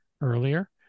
earlier